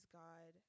god